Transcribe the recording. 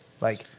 Like-